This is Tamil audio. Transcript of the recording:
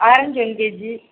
orange one KG